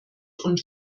und